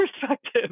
perspective